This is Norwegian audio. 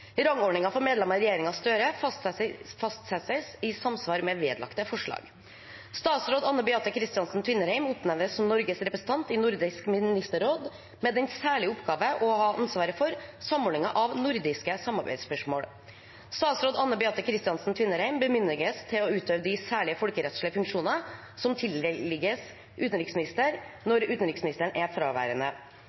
for medlemmene i regjeringen Støre fastsettes i samsvar med vedlagte forslag. Statsråd Anne Beathe Kristiansen Tvinnereim oppnevnes som Norges representant i Nordisk Ministerråd med den særlige oppgave å ha ansvaret for samordningen av nordiske samarbeidsspørsmål. Statsråd Anne Beathe Kristiansen Tvinnereim bemyndiges til å utøve de særlige folkerettslige funksjoner som tilligger utenriksministeren når utenriksministeren er fraværende.